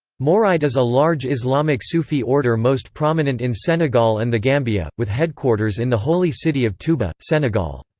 mouride is a large islamic sufi order most prominent in senegal and the gambia, with headquarters in the holy city of touba, senegal.